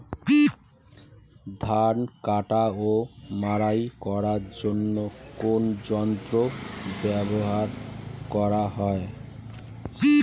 ধান কাটা ও মাড়াই করার জন্য কোন যন্ত্র ব্যবহার করা হয়?